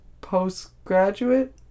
postgraduate